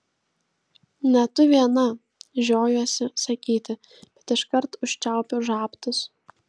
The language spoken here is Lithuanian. ne tu viena žiojuosi sakyti bet iškart užčiaupiu žabtus